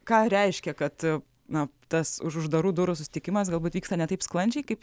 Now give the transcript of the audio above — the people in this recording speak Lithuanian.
ką reiškia kad na tas už uždarų durų susitikimas galbūt vyksta ne taip sklandžiai kaip